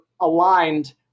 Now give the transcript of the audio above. aligned